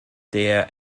der